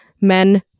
Men